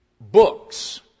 books